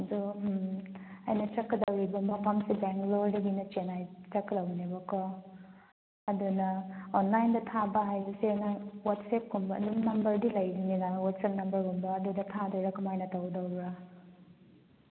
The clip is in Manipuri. ꯑꯗꯣ ꯑꯩꯅ ꯆꯠꯀꯗꯧꯔꯤꯕ ꯃꯐꯝꯁꯦ ꯕꯦꯡꯒ꯭ꯂꯣꯔꯗꯒꯤꯅ ꯆꯦꯟꯅꯥꯏ ꯆꯠꯀꯗꯧꯕꯅꯦꯕꯀꯣ ꯑꯗꯨ ꯅꯪ ꯑꯣꯟꯂꯥꯏꯟꯗ ꯊꯥꯕ ꯍꯥꯏꯕꯁꯦ ꯅꯪ ꯋꯥꯠꯆꯦꯞꯀꯨꯝꯕ ꯑꯗꯨꯝ ꯅꯝꯕꯔꯗꯤ ꯂꯩꯒꯅꯤꯅ ꯋꯥꯠꯆꯦꯞ ꯅꯝꯕꯔꯒꯨꯝꯕ ꯑꯗꯨꯗ ꯊꯥꯗꯣꯏꯔꯥ ꯀꯃꯥꯏꯅ ꯇꯧꯗꯧꯕ꯭ꯔꯥ